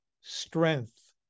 strength